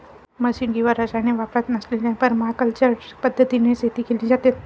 machine किंवा रसायने वापरत नसलेल्या परमाकल्चर पद्धतीने शेती केली जाते